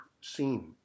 seen